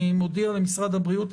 אני מודיע למשרד הבריאות,